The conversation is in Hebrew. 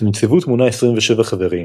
הנציבות מונה 27 חברים,